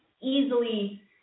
easily